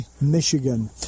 Michigan